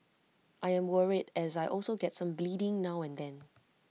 I am worried as I also get some bleeding now and then